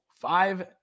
Five